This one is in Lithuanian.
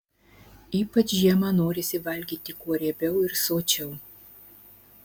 ypač žiemą norisi valgyti kuo riebiau ir sočiau